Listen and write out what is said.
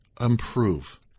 improve